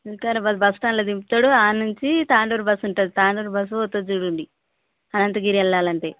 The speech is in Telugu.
వికారాబాద్ బస్టాండ్లో దింపుతాడు అక్కడ నుంచి తాండూరు బస్సు ఉంటుంది తాండూరు బస్ పోతుంది చూడండి అనంతగిరి వెళ్ళాలి అంటే